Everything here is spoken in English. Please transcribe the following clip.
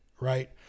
right